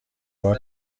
بار